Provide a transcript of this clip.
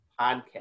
Podcast